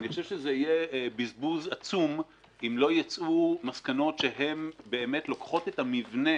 אני חושב שזה יהיה בזבוז עצום אם לא יצאו מסקנות שלוקחות את המבנה